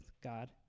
God